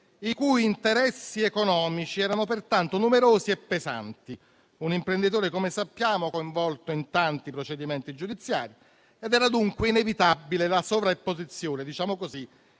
i cui interessi economici erano pertanto numerosi e pesanti. Un imprenditore, come sappiamo, coinvolto in tanti procedimenti giudiziari ed era dunque inevitabile la sovrapposizione - diciamo così